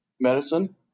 medicine